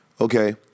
Okay